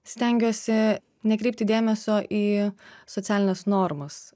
stengiuosi nekreipti dėmesio į socialines normas